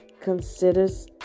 considers